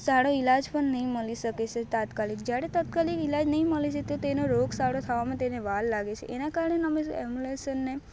સારો ઈલાજ પણ નહીં મળી શકે છે તાત્કાલિક જ્યારે તાત્કાલિક ઈલાજ નહીં મળે છે તો તેનો રોગ સારો થવામાં તેને વાર લાગે છે એના કારણે અમે એમ્બુલન્સને